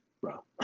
bro